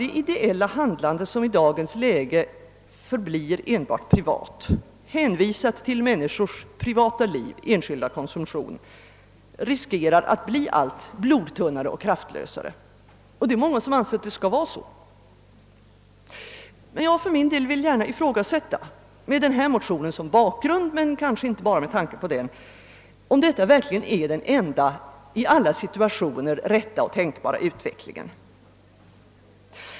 Det ideella handlande som i dagens läge förblir enbart privat, hänvisat till människors privata liv och enskildas konsumtion, riskerar att bli allt blodtunnare och kraftlösare. Det är många som anser att det skall vara så. Men jag för min del vill gärna ifrågasätta, med den här motionen som bakgrund men kanske inte bara med tanke på den, om detta verkligen är den enda i alla situationer rätta och tänkbara utvecklingen.